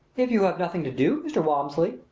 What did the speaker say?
if you have nothing to do, mr. walmsley,